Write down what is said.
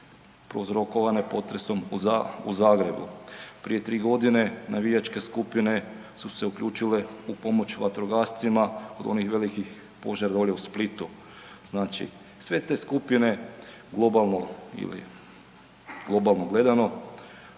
prouzrokovane potresom u Zagrebu, prije 3 godine navijačke skupine su se uključile u pomoć vatrogascima kod onih velikih požara dolje u Splitu. Znači, sve te skupine globalno ili